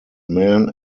man